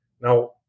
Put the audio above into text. Now